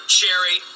cherry